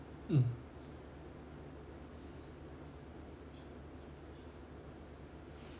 mm